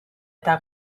eta